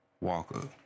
Walker